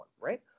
right